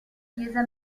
chiesa